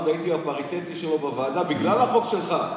הייתי הפריטטי שלו בוועדה בגלל החוק שלך,